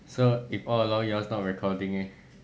so if all along yours not recording leh